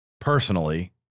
Personally